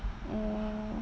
orh